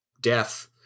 death